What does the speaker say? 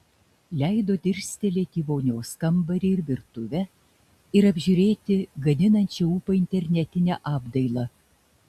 leido dirstelėti į vonios kambarį ir virtuvę ir apžiūrėti gadinančią ūpą internatinę apdailą